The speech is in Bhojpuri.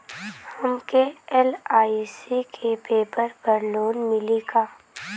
हमके एल.आई.सी के पेपर पर लोन मिली का?